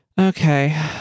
Okay